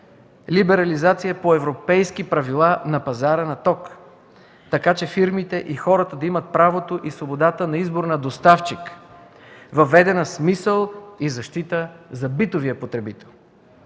либерализация по европейски правила на пазара на ток, така че фирмите и хората да имат правото и свободата на избор на доставчик, въведена с мисъл и защита за битовия потребител.